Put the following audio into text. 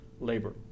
labor